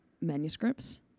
manuscripts